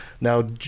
Now